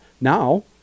now